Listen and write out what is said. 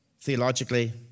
theologically